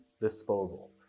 disposal